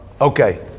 Okay